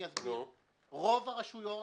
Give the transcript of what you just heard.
לרוב הרשויות